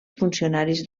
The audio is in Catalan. funcionaris